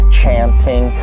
chanting